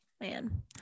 man